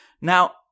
Now